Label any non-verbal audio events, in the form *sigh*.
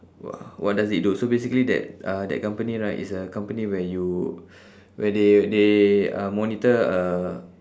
wha~ what does it do so basically that uh that company right it's a company where you *breath* where they they uh monitor uh